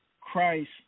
Christ